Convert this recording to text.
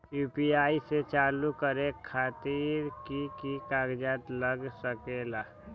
UPI के चालु करे खातीर कि की कागज़ात लग सकेला?